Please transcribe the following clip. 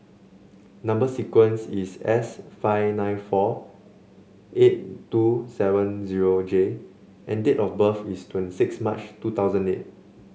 number sequence is S five nine four eight two seven zero J and date of birth is twenty sixth March two thousand eight